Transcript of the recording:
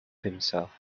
himself